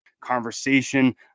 conversation